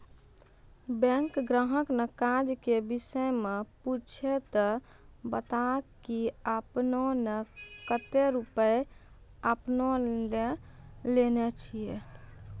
Bank ग्राहक ने काज के विषय मे पुछे ते बता की आपने ने कतो रुपिया आपने ने लेने छिए?